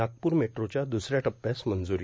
नागपूर मेट्रोच्या दुसऱ्या टप्प्यास मंजुरी